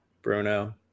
Bruno